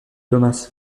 thomas